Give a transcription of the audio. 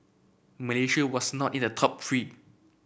Malaysia was not in the top three